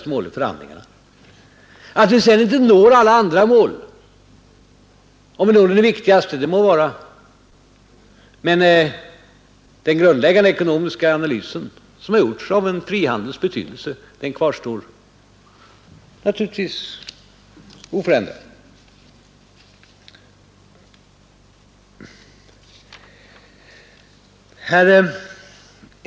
Det må vara att vi sedan inte når alla andra mål utan bara de viktigaste, men den grundläggande ekonomiska analysen som gjorts om frihandelns betydelse kvarstår naturligtvis oförändrad.